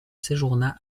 séjourna